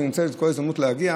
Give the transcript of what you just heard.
מנצלים כל הזדמנות להגיע.